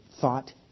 thought